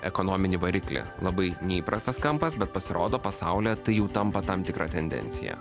ekonominį variklį labai neįprastas kampas bet pasirodo pasaulyje tai jau tampa tam tikra tendencija